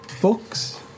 books